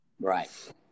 Right